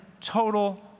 total